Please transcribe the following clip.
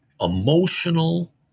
emotional